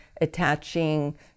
attaching